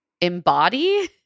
embody